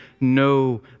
no